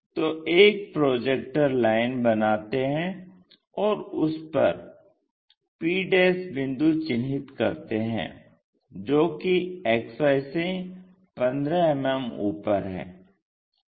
तो एक projector line बनाते हैं और उस पर p बिंदु चिन्हित करते हैं जो कि XY से 15 मिमी ऊपर है